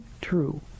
true